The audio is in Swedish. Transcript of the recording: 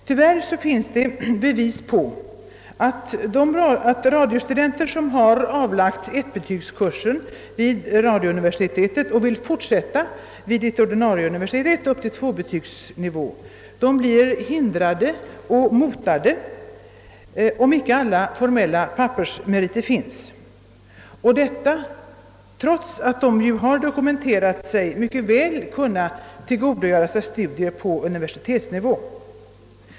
Tyvärr finns det bevis på att radiostudenter, som har avlagt ettbetygskursen vid radiouniversi tetet och vill fortsätta vid ett ordinarie universitet upp till tvåbetygsnivå, blir hindrade och motade om de inte har alla formella pappersmeriter, och detta trots att de har dokumenterat att de mycket väl kunnat tillgodogöra sig studier på universitetsnivå.